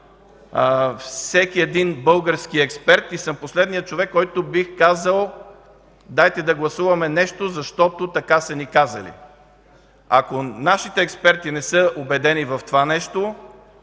всеки един български експерт и съм последният човек, който би казал дайте да гласуваме нещо, защото така са ни казали. Ако нашите експерти не са убедени в това нещо,